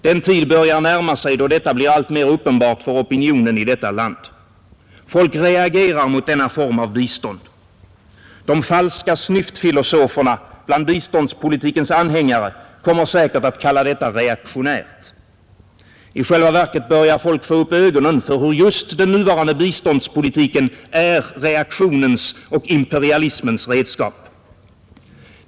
Den tid börjar närma sig då detta blir alltmer uppenbart för opinionen här i landet. Folk reagerar mot denna form av bistånd. De falska snyftfilosoferna bland biståndspolitikens anhängare kommer säkert att kalla detta reaktionärt. I själva verket börjar folk få upp ögonen för hur just den nuvarande biståndspolitiken är reaktionens och imperialismens redskap.